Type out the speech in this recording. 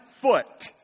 foot